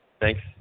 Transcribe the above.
thanks